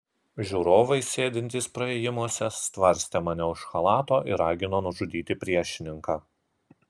žiūrovai sėdintys praėjimuose stvarstė mane už chalato ir ragino nužudyti priešininką